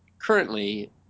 currently